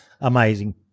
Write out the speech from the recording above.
amazing